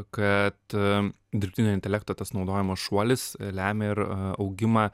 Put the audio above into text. kad dirbtinio intelekto tas naudojimo šuolis lemia ir augimą